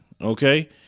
Okay